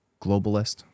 globalist